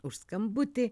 už skambutį